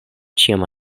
ĉiam